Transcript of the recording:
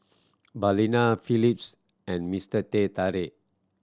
Balina Phillips and Mister Teh Tarik